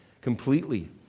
Completely